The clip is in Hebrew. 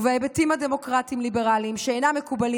ובהיבטים הדמוקרטיים-ליברליים שאינם מקובלים